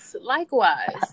Likewise